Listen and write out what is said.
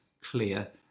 Clear